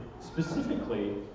Specifically